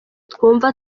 twumva